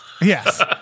Yes